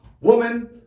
Woman